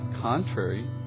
contrary